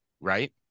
right